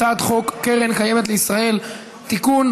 הצעת חוק קרן קיימת לישראל (תיקון,